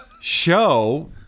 show